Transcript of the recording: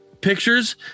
pictures